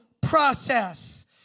process